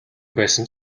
байсан